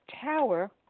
Tower